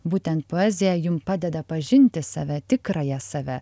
būtent poezija jum padeda pažinti save tikrąją save